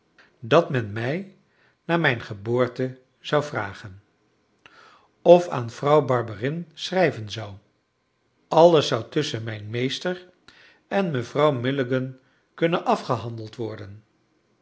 dat men mij naar mijn geboorte zou vragen of aan vrouw barberin schrijven zou alles zou tusschen mijn meester en mevrouw milligan kunnen afgehandeld worden